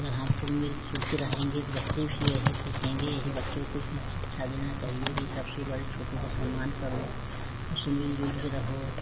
अगर हम तो मिलजुल के रहेंगे तो बच्चे भी यही सीखेंगे यही बच्चों को भी शिक्षा देना चाहिए कि सबसे बड़े छोटों का सम्मान करो सबसे मिलजुल के रहो